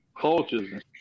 cultures